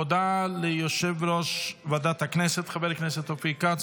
הודעה ליושב-ראש ועדת הכנסת חבר הכנסת אופיר כץ,